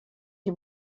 die